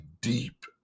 deep